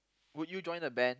would you join a band